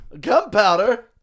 Gunpowder